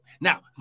Now